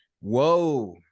Whoa